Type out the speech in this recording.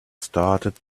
started